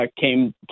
came